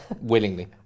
willingly